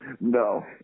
no